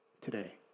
today